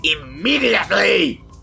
immediately